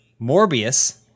Morbius